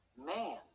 man